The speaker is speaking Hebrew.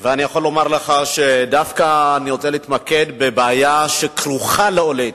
אני רוצה להתמקד בבעיה שכרוכה בעולי אתיופיה.